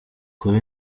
kuba